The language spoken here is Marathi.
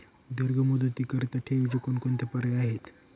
दीर्घ मुदतीकरीता ठेवीचे कोणकोणते पर्याय आहेत?